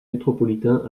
métropolitain